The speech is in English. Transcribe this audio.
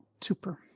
Super